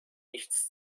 nichts